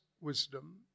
wisdom